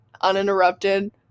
uninterrupted